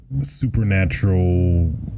supernatural